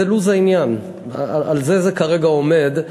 זה לוז העניין, על זה זה כרגע עומד.